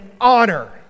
honor